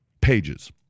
pages